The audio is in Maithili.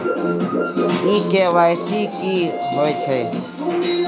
इ के.वाई.सी की होय छै?